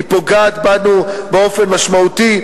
היא פוגעת בנו באופן משמעותי,